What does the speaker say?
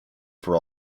for